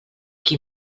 qui